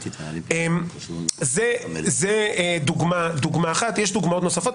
זו דוגמה אחת, יש דוגמאות נוספות.